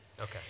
Okay